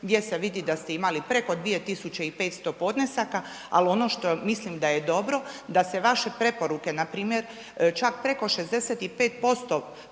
gdje se vidi da ste imali preko 2500 podnesaka, ali ono što mislim da je dobro da se vaše preporuke npr. čak preko 65%